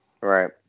right